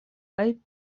kaj